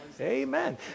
Amen